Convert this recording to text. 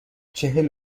چهل